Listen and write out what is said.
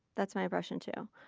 that's my impression too.